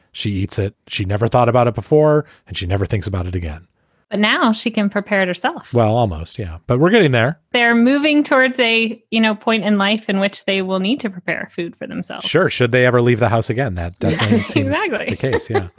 she eats it. she never thought about it before and she never thinks about it again and now she can prepare it herself. well, almost. yeah, but we're getting there. they're moving towards a you know point in life in which they will need to prepare food for themselves should they ever leave the house again that seems yeah good case yeah